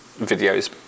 videos